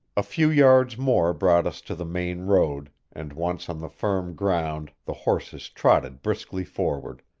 a few yards more brought us to the main road, and once on the firm ground the horses trotted briskly forward,